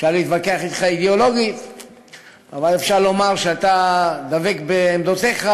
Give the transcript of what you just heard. אפשר להתווכח אתך אידיאולוגית אבל אפשר לומר שאתה דבק בעמדותיך,